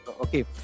okay